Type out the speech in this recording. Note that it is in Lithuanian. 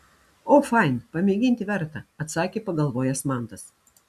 o fain pamėginti verta atsakė pagalvojęs mantas